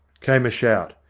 came a shout.